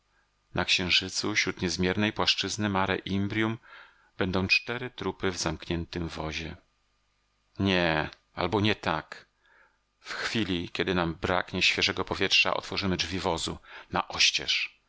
na księżycu śród niezmiernej płaszczyzny mare imbrium będą cztery trupy w zamkniętym wozie nie albo nie tak w chwili kiedy nam braknie świeżego powietrza otworzymy drzwi wozu na oścież